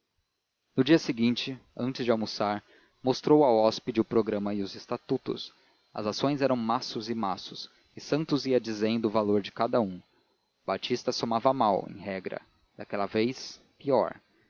no dia seguinte antes de almoçar mostrou ao hóspede o programa e os estatutos as ações eram maços e maços e santos ia dizendo o valor de cada um batista somava mal em regra daquela vez pior